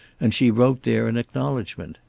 and she wrote there in acknowledgment.